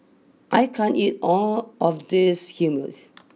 I can't eat all of this Hummus